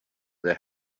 their